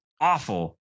awful